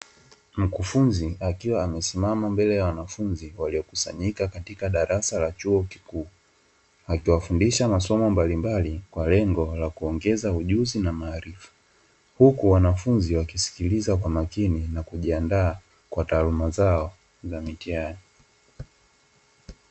Mkufunzi akiwa amesimama mbele ya wanafunzi waliokusanyika katika darasa la chuo kikuu. Akiwafundisha maswala mbalimbali kwa lengo la kuongeza ujuzi na maarifa. Huku wanafunzi wakisikiliza kwa makini na kujiandaa kwa taaluma zao na mitihani.